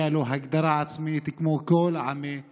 מגיעה לו זכות השיבה ומגיעה לו הגדרה עצמית כמו לכל עמי היקום.